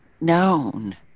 known